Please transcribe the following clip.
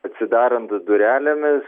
atsidarant durelėmis